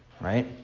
right